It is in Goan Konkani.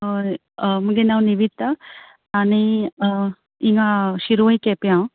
हय मगे नांव निविता आनी हिंगां शिरवय केंप्यां